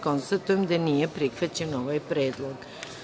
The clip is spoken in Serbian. Konstatujem da nije prihvaćen ovaj predlog.